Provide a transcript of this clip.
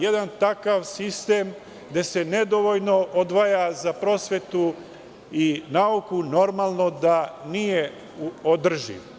Jedan takav sistem, gde se nedovoljno odvaja za prosvetu i nauku, normalno da nije održiv.